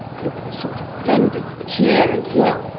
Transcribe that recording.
and, with a sort of blended cheer and yell,